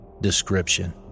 Description